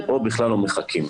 או בכלל לא מחכים.